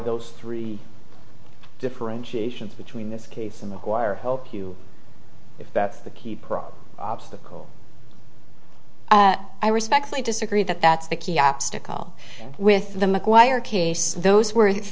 those three differentiation between this case in the hope you if that's the key prop obstacle i respectfully disagree that that's the key obstacle with them acquire case those w